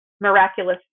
miraculous